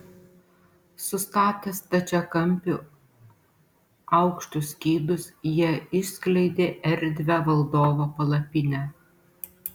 sustatę stačiakampiu aukštus skydus jie išskleidė erdvią valdovo palapinę